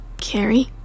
Carrie